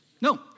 No